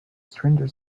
stranger